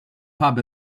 pub